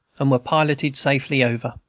and were piloted safely over.